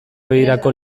begirako